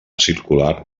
circular